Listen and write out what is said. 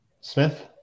Smith